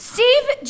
Steve